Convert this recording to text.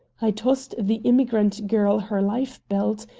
i tossed the immigrant girl her life-belt,